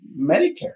Medicare